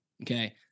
okay